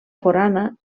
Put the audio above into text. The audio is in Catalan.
forana